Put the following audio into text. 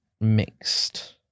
mixed